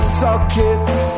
sockets